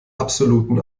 absoluten